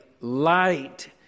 light